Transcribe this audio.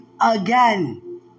again